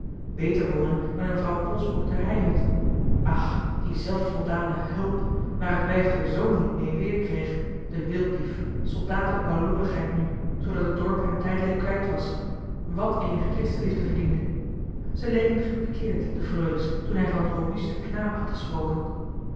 beter wonen dan in vrouw polsbroek d'er heihut ach die zelfvoldane hulp waar het wijf d'er zoon niet mee weerkreeg den wilddief soldaat uit baloorigheid nu zoodat het dorp hem tijdelijk kwijt was wàt eenige christen liefde verdiende ze leken gepikeerd de freules toen hij van robuusten knaap had gesproken